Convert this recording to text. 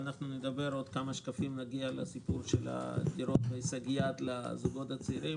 עוד כמה שקפים נגיע לעניין של דירות בהישג-יד לזוגות צעירים,